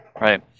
right